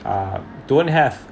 um don't have